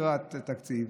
לקראת תקציב,